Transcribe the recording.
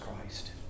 Christ